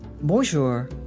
Bonjour